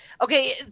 Okay